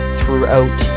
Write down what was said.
throughout